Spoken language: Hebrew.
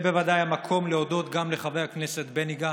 זה בוודאי המקום להודות גם לחבר הכנסת בני גנץ,